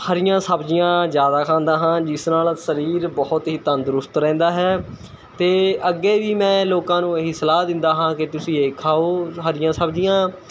ਹਰੀਆਂ ਸਬਜ਼ੀਆਂ ਜ਼ਿਆਦਾ ਖਾਂਦਾ ਹਾਂ ਜਿਸ ਨਾਲ਼ ਸਰੀਰ ਬਹੁਤ ਹੀ ਤੰਦਰੁਸਤ ਰਹਿੰਦਾ ਹੈ ਅਤੇ ਅੱਗੇ ਵੀ ਮੈਂ ਲੋਕਾਂ ਨੂੰ ਇਹ ਹੀ ਸਲਾਹ ਦਿੰਦਾ ਹਾਂ ਕਿ ਤੁਸੀਂ ਇਹ ਖਾਓ ਹਰੀਆ ਸਬਜ਼ੀਆਂ